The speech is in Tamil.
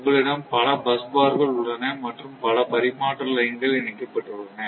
உங்களிடம் பல பஸ் பார்கள் உள்ளன மற்றும் பல பரிமாற்ற லைன் கள் இணைக்கப்பட்டுள்ளன